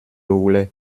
voulais